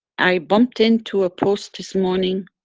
i bumped into a post this morning,